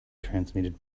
transmitted